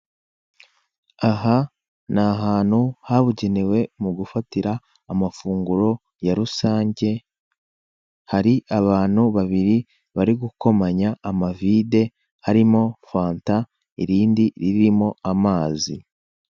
Aha ni ahantu habugenewe mu gufatira amafunguro ya rusange, hari abantu babiri bari gukomanya amavide arimo fanta irindi ririmo amazi.